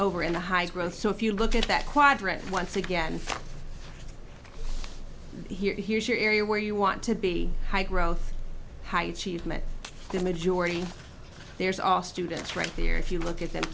over in the high growth so if you look at that quadrant once again here here's your area where you want to be high growth how you achieve mit the majority there's all students right here if you look at th